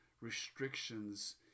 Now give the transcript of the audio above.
restrictions